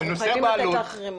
אנחנו חייבים לתת לאחרים.